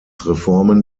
reformen